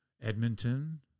Edmonton